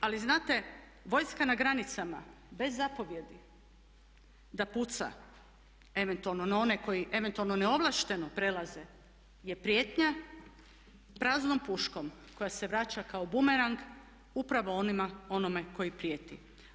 Ali znate, vojska na granicama bez zapovjedi da puca, eventualno na one koji, eventualno neovlašteno prelaze je prijetnja praznom puškom koja se vraća kao bumerang upravo onome koji prijeti.